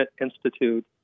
institute